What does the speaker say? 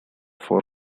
for